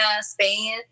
Spain